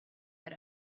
had